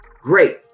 great